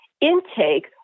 intake